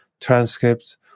transcripts